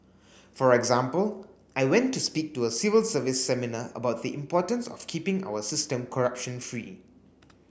for example I went to speak to a civil service seminar about the importance of keeping our system corruption free